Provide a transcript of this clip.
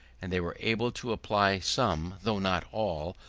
and they were able to apply some, though not all,